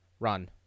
Run